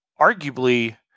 arguably